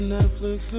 Netflix